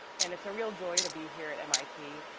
and it's a real joy to be here at mit.